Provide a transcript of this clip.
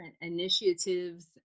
initiatives